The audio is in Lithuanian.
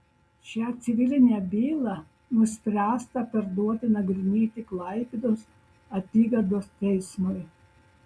šią civilinę bylą nuspręsta perduoti nagrinėti klaipėdos apygardos teismui